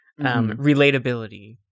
Relatability